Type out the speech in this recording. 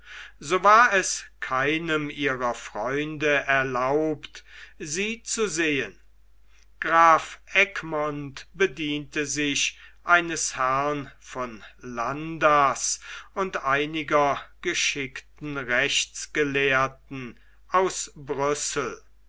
so war es keinem ihrer freunde erlaubt sie zu sehen graf egmont bediente sich eines herrn von landas und einiger geschickten rechtsgelehrten aus